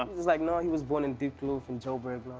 he was like, no, he was born in diphlu from joburg.